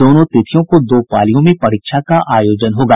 दोनों तिथियों को दो पालियों में परीक्षा का आयोजन होगा